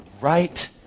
right